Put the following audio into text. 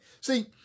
See